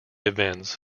events